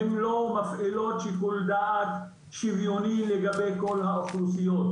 הן לא מפעילות שיקול דעת שוויוני לגבי כל האוכלוסיות.